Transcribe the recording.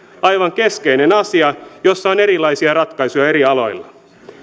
aivan keskeinen asia jossa on erilaisia ratkaisuja eri aloilla